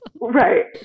Right